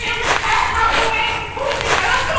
yeah with tales about oriental fortune tellers,